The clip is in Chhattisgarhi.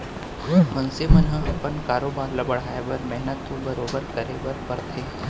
मनसे मन ह अपन कारोबार ल बढ़ाए बर मेहनत तो बरोबर करे बर परथे